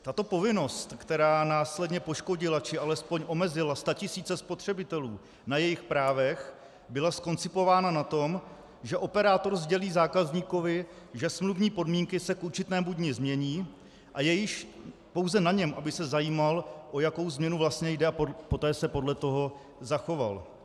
Tato povinnost, která následně poškodila, či alespoň omezila statisíce spotřebitelů na jejich právech, byla zkoncipována na tom, že operátor sdělí zákazníkovi, že smluvní podmínky se k určitému dni změní a je již pouze na něm, aby se zajímal, o jako změnu vlastně jde, a poté se podle toho zachoval.